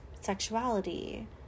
sexuality